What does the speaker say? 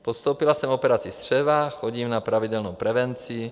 Podstoupila jsem operaci střeva, chodím na pravidelnou prevenci.